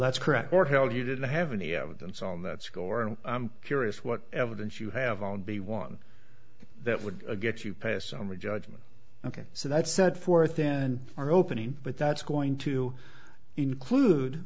that's correct or held you didn't have any evidence on that score and i'm curious what evidence you have on be one that would get you past summary judgment ok so that's set forth in our opening but that's going to include